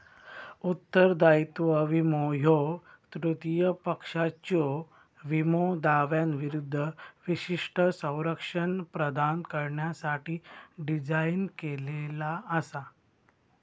उत्तरदायित्व विमो ह्यो तृतीय पक्षाच्यो विमो दाव्यांविरूद्ध विशिष्ट संरक्षण प्रदान करण्यासाठी डिझाइन केलेला असा